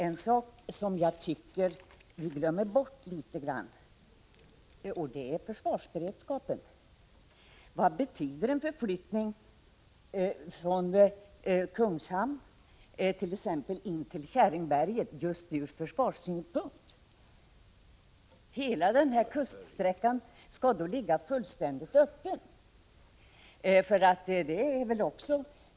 En sak glömmer vi bort litet grand, nämligen försvarsberedskapen. Vad betyder en förflyttning från Kungshamn till t.ex. Käringberget från just försvarssynpunkt? Hela kuststräckan skulle ligga fullständigt öppen.